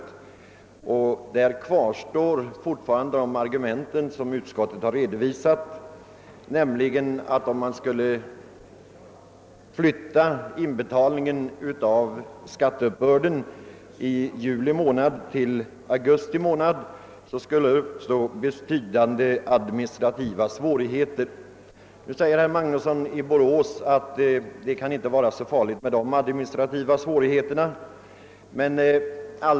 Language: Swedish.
På denna punkt kvarstår fortfarande de argument som utskottet då redovisade, nämligen att om man skulle flytta inbetalningen av skatteuppbörden från juli månad till augusti månad skulle betydande administrativa svårigheter uppkomma. Herr Magnusson i Borås anser att det inte kan vara så farligt med dessa svårigheter.